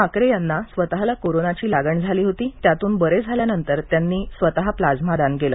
ठाकरे यांना स्वतंला कोरोनाची लागण झाली होती त्यातून बरे झाल्यानंतर त्यांनी काल स्वतं प्लाझ्मा दान केलं